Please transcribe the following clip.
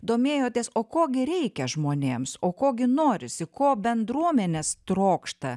domėjotės o ko gi reikia žmonėms o ko gi norisi ko bendruomenės trokšta